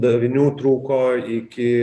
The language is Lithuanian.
davinių trūko iki